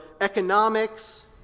economics